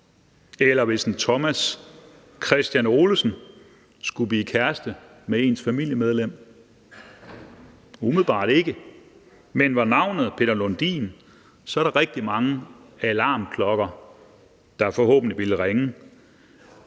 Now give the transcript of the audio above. eller hvis en Thomas Christian Olesen skulle blive kæreste med ens familiemedlem? Umiddelbart ikke. Men var navnet Peter Lundin, ville der forhåbentlig være rigtig mange alarmklokker, der ville ringe.